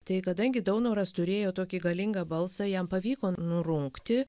tai kadangi daunoras turėjo tokį galingą balsą jam pavyko nurungti